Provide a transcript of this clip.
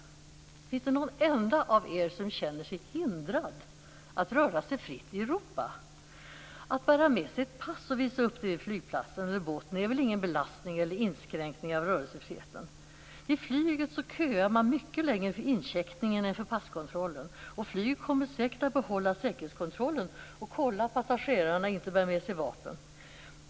Finns det någon enda av er som känner sig hindrad att röra sig fritt i Europa? Att bära med sig ett pass och visa upp det vid flygplatsen eller båten är väl ingen belastning eller inskränkning av rörelsefriheten. Vid flyget köar man mycket längre för incheckningen än passkontrollen och flyget kommer säkert att behålla säkerhetskontrollen och kontrollera att passagerarna inte bär med sig vapen.